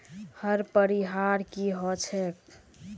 कर परिहार की ह छेक